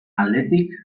aldetik